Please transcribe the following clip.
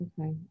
Okay